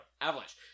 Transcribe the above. Avalanche